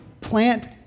plant